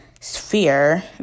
sphere